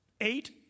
eight